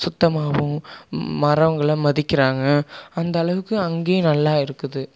வரவங்களை மதிக்கறாங்க அந்த அளவுக்கு அங்கேயும் நல்லா இருக்குது